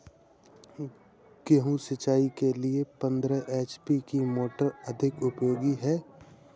गेहूँ सिंचाई के लिए पंद्रह एच.पी की मोटर अधिक उपयोगी है?